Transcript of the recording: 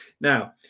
Now